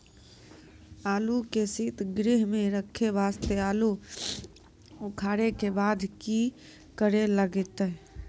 आलू के सीतगृह मे रखे वास्ते आलू उखारे के बाद की करे लगतै?